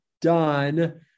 done